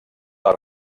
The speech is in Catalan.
les